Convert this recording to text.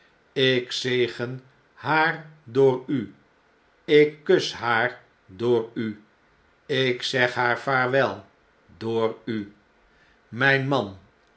ik zegen haar door u ik kus haar dooru ik zeg haar vaarwel door u mijn man